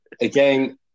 again